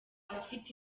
abafite